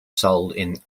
sold